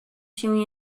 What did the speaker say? się